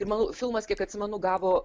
ir manau filmas kiek atsimenu gavo